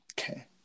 Okay